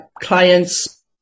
clients